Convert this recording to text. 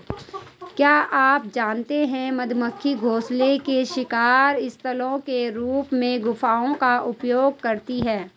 क्या आप जानते है मधुमक्खियां घोंसले के शिकार स्थलों के रूप में गुफाओं का उपयोग करती है?